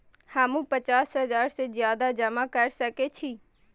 हमू पचास हजार से ज्यादा जमा कर सके छी?